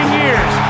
years